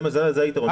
זה היתרון.